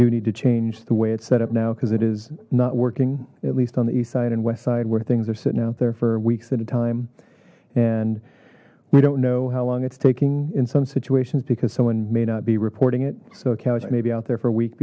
do need to change the way it's set up now because it is not working at least on the east side and west side where things are sitting out there for weeks at a time and we don't know how long it's taking in some situations because someone may not be reporting it so a couch may be out there for a week